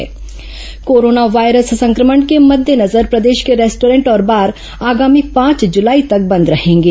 restaurant bar बंद corona virus संक्रमण के मद्देनजर प्रदेश के रेस्टॉरेट और बार आगामी पांच जुलाई तक बंद रहेंगे